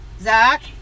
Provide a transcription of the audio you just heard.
Zach